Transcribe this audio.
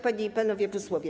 Panie i Panowie Posłowie!